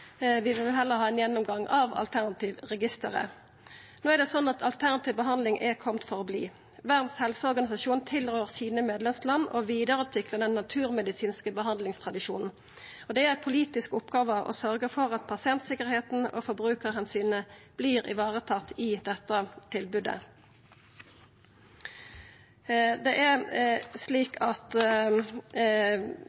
Vi vil heller ha ein gjennomgang av alternativregisteret. Alternativ behandling er komen for å bli. Verdas helseorganisasjon tilrår medlemslanda å vidareutvikla den naturmedisinske behandlingstradisjonen. Det er ei politisk oppgåve å sørgja for at pasientsikkerheita og forbrukaromsynet vert ivaretatt i dette tilbodet.